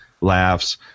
laughs